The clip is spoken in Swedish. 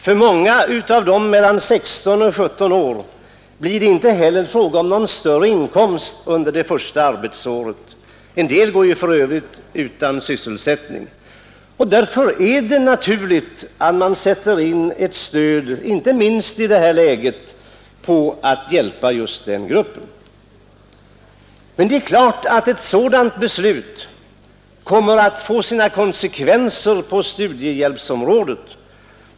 För många av dem mellan 16 och 17 år blir det inte heller fråga om någon större inkomst under det första arbetsåret. En del går ju för övrigt utan sysselsättning. Därför är det naturligt att man sätter in ett stöd — inte minst i det här läget — på att hjälpa just den gruppen. Det är klart att ett sådant beslut kommer att få sina konsekvenser på studiehjälpsområdet.